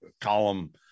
column